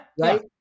right